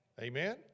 Amen